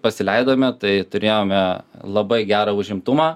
pasileidome tai turėjome labai gerą užimtumą